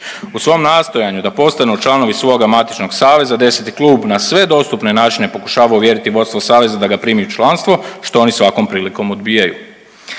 U svom nastojanju da postanu članovi svoga matičnog saveza 10 klub na sve dostupne načine pokušava uvjeriti vodstvo saveza da ga primi u članstvo što oni svakom prilikom odbijaju.